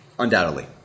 Undoubtedly